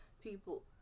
people